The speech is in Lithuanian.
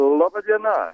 laba diena